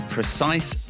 Precise